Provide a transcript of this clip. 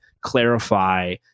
clarify